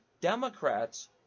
democrats